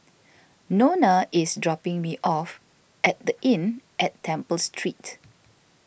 Nona is dropping me off at the Inn at Temple Street